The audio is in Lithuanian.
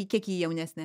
kiek ji jaunesnė